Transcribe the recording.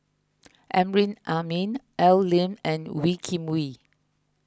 Amrin Amin Al Lim and Wee Kim Wee